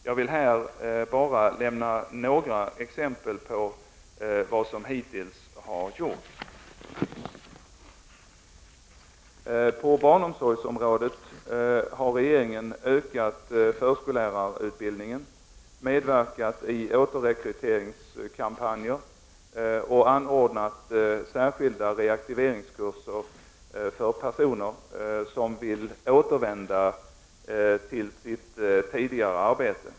Jag vill här bara lämna några exempel på vad som hittills har gjorts. På barnomsorgsområdet har regeringen ökat förskollärarutbildningen, medverkat i återrekryteringskampanjer och anordnat särskilda reaktiveringskurser för personer som vill återvända till sitt tidigare arbete.